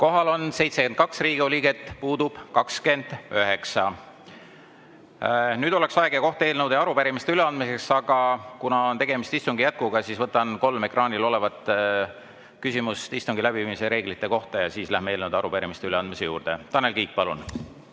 Kohal on 72 Riigikogu liiget, puudub 29. Nüüd oleks aeg eelnõud ja arupärimised üle anda, aga kuna tegemist on istungi jätkuga, siis võtan kolm ekraanil olevat küsimust istungi läbiviimise reeglite kohta ja siis lähme eelnõude ja arupärimiste üleandmise juurde. Tanel Kiik, palun!